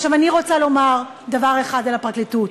עכשיו, אני רוצה לומר דבר אחד על הפרקליטות.